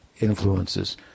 influences